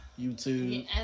YouTube